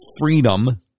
freedom